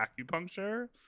acupuncture